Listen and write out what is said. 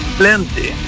plenty